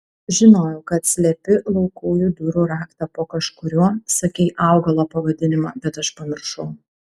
žinojau kad slepi laukujų durų raktą po kažkuriuo sakei augalo pavadinimą bet aš pamiršau